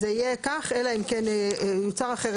זה יהיה כך, אלא אם כן יוצר אחרת.